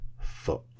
foot